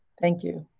thank you.